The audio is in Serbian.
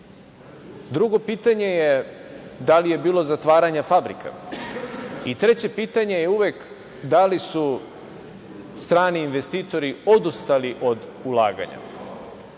Drugo pitanje je da li je bilo zatvaranja fabrika? Treće pitanje je uvek da li su strani investitori odustali od ulaganja? Na